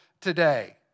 today